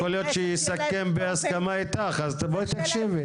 יכול להיות שיסכם בהסכמה איתך אז בואי תקשיבי.